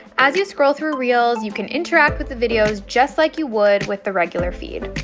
as you scroll through reels, you can interact with the videos just like you would with the regular feed.